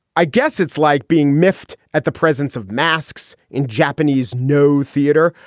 i guess it's like being miffed at the presence of masks in japanese no theater.